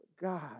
God